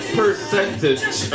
percentage